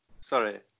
Sorry